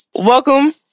welcome